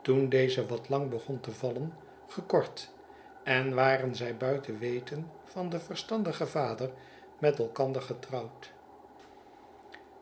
toen deze wat lang begon te vallen gekort en waren zij buiten weten van den verstandigen vader met elkander getrouwd